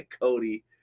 Cody